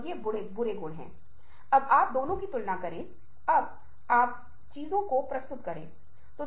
यह आपकी भावनाओं को तेज करने के लिए होता है और यह बहुत ही सार्थक होने वाला है क्योंकि आप किसी भी तरह के सामाजिक सांस्कृतिक लेनदेन के साथ आगे बढ़ते हैं